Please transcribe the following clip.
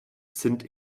sind